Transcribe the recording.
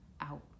out